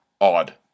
odd